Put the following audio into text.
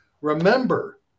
Remember